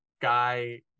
guy